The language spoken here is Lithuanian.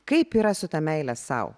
kaip yra su ta meile sau